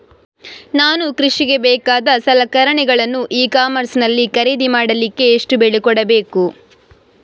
ನಾನು ಕೃಷಿಗೆ ಬೇಕಾದ ಸಲಕರಣೆಗಳನ್ನು ಇ ಕಾಮರ್ಸ್ ನಲ್ಲಿ ಖರೀದಿ ಮಾಡಲಿಕ್ಕೆ ಎಷ್ಟು ಬೆಲೆ ಕೊಡಬೇಕು?